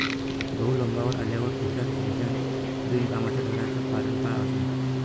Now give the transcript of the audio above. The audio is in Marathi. गहू लोम्बावर आल्यावर तुषार सिंचन बिनकामाचं ठराचं कारन का असन?